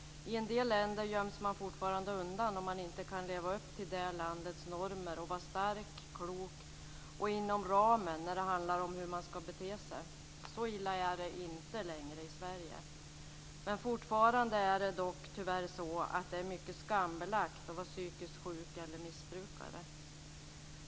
I en del länder göms man fortfarande undan om man inte kan leva upp till det landets normer och vara stark, klok och inom ramen när det handlar om hur man ska bete sig. Så illa är det inte längre i Sverige. Men fortfarande är det dock tyvärr så att det är mycket skambelagt att vara psykiskt sjuk eller missbrukare.